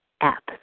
app